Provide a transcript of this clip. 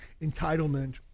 entitlement